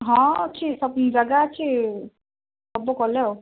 ହଁ ଅଛି ଜାଗା ଅଛି ହେବ କଲେ ଆଉ